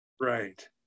Right